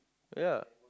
ya